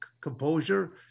composure